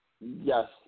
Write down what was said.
Yes